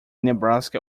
nebraska